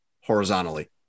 horizontally